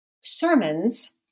Sermons